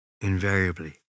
invariably